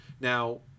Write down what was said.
now